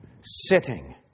sitting